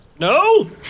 No